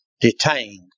detained